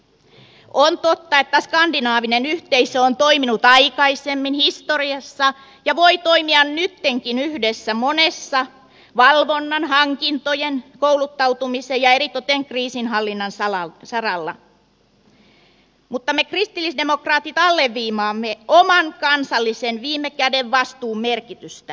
on totta että skandinaavinen yhteisö on toiminut aikaisemmin historiassa ja voi toimia nytkin yhdessä monessa valvonnan hankintojen kouluttautumisen ja eritoten kriisinhallinnan saralla mutta me kristillisdemokraatit alleviivaamme oman kansallisen viime käden vastuun merkitystä